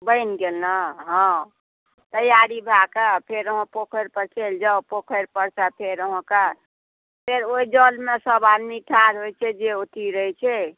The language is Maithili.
बनि गेलहुँ हँ तैयारी भयकऽ फेर अहाँ पोखरि पर चलि जाउ पोखरि परसँ आयल फेर अहाँके फेर ओहि जलमे सभ आदमी ठाढ़ होइ छै जे उथी रहैछै